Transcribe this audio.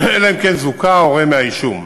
אלא אם כן זוכה ההורה מהאישום.